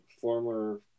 former